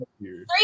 three